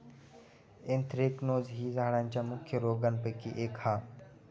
anthracnose ही झाडांच्या मुख्य रोगांपैकी एक हा